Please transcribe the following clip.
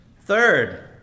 Third